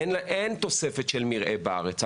אין תוספת של מרעה בארץ,